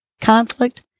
conflict